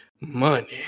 Money